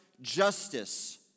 justice